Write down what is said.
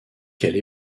quelle